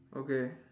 okay